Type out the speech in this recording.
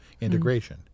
integration